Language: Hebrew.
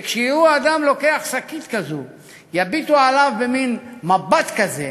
שכשיראו אדם לוקח שקית כזאת יביטו עליו במין מבט כזה